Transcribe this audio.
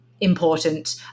important